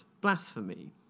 blasphemy